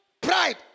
pride